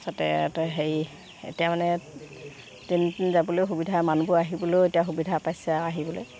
তাতে হেৰি এতিয়া মানে ট্ৰেইনত যাবলৈ সুবিধা মানুহবোৰ আহিবলৈও এতিয়া সুবিধা পাইছেও আহিবলে